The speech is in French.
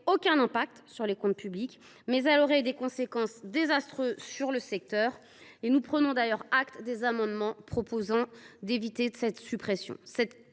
aucun impact sur les comptes publics, mais elle aurait des conséquences désastreuses sur le secteur. Nous prenons d’ailleurs acte des amendements visant à éviter cette suppression.